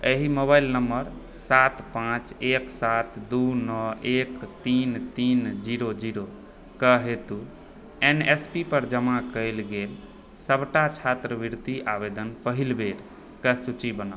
एहि mobile number सात पाँच एक सात दू नओ एक तीन तीन जीरो जीरोकऽ हेतु एन एस पी पर जमा कयल गेल सभटा छात्रवृति आवेदन पहिल बेरके सूची बनाउ